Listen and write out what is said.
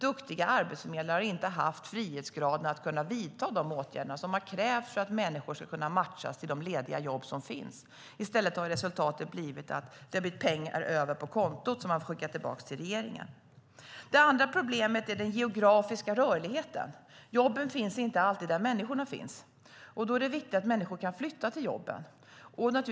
Duktiga arbetsförmedlare har inte haft frihetsgraden att kunna vidta de åtgärder som har krävts för att människor ska kunna matchas med de lediga jobb som finns. I stället har resultatet blivit att det har blivit pengar över på kontot som man har fått skicka tillbaka till regeringen. Det andra problemet gäller den geografiska rörligheten. Jobben finns inte alltid där människorna finns. Då är det viktigt att människor kan flytta till jobben.